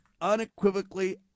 unequivocally